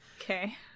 Okay